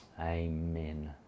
Amen